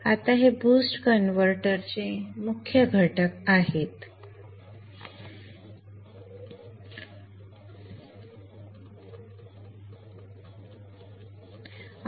आता हे बूस्ट कन्व्हर्टरचे मेन कंपोनेंट्स आहेत